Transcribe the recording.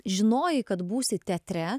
žinojai kad būsi teatre